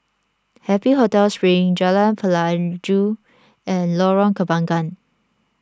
Happy Hotel Spring Jalan Pelajau and Lorong Kembangan